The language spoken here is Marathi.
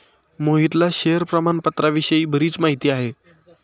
मोहितला शेअर प्रामाणपत्राविषयी बरीच माहिती आहे